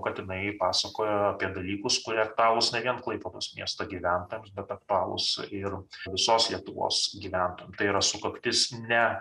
kad jinai pasakoja apie dalykus kurie aktualūs ne vien klaipėdos miesto gyventojams bet aktualūs ir visos lietuvos gyventojam tai yra sukaktis ne